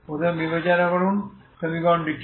প্রথমে বিবেচনা করুন সমীকরণটি কি